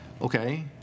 okay